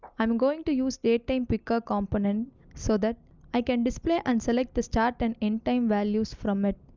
i'm going to use datetimepicker component so that i can display and select the start and end time values from it.